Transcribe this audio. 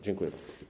Dziękuję bardzo.